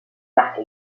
marque